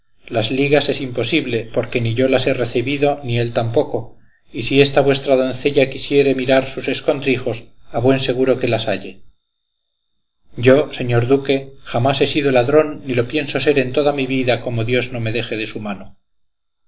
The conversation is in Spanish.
las ligas es imposible porque ni yo las he recebido ni él tampoco y si esta vuestra doncella quisiere mirar sus escondrijos a buen seguro que las halle yo señor duque jamás he sido ladrón ni lo pienso ser en toda mi vida como dios no me deje de su mano